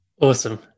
Awesome